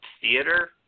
theater